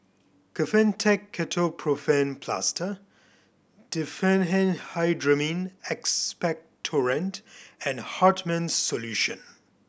Kefentech Ketoprofen Plaster Diphenhydramine Expectorant and Hartman's Solution